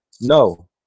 no